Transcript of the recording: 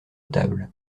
tables